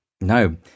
No